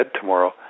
tomorrow